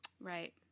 Right